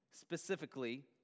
specifically